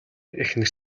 эхнэр